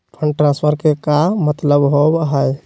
Fund transfer के का मतलब होव हई?